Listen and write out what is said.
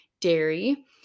dairy